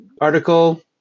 article